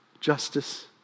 justice